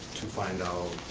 find out